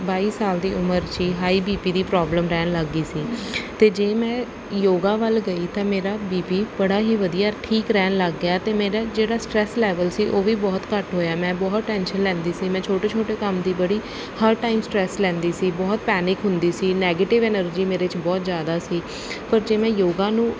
ਬਾਈ ਸਾਲ ਦੀ ਉਮਰ 'ਚ ਹੀ ਹਾਈ ਬੀ ਪੀ ਦੀ ਪ੍ਰੋਬਲਮ ਰਹਿਣ ਲੱਗ ਗਈ ਸੀ ਅਤੇ ਜੇ ਮੈਂ ਯੋਗਾ ਵੱਲ ਗਈ ਤਾਂ ਮੇਰਾ ਬੀ ਪੀ ਬੜਾ ਹੀ ਵਧੀਆ ਠੀਕ ਰਹਿਣ ਲੱਗ ਗਿਆ ਅਤੇ ਮੇਰਾ ਜਿਹੜਾ ਸਟ੍ਰੈੱਸ ਲੈਵਲ ਸੀ ਉਹ ਵੀ ਬਹੁਤ ਘੱਟ ਹੋਇਆ ਮੈਂ ਬਹੁਤ ਟੈਂਸ਼ਨ ਲੈਂਦੀ ਸੀ ਮੈਂ ਛੋਟੇ ਛੋਟੇ ਕੰਮ ਦੀ ਬੜੀ ਹਰ ਟਾਈਮ ਸਟ੍ਰੈੱਸ ਲੈਂਦੀ ਸੀ ਬਹੁਤ ਪੈਨਿਕ ਹੁੰਦੀ ਸੀ ਨੈਗੇਟਿਵ ਐਨਰਜੀ ਮੇਰੇ 'ਚ ਬਹੁਤ ਜ਼ਿਆਦਾ ਸੀ ਪਰ ਜੇ ਮੈਂ ਯੋਗਾ ਨੂੰ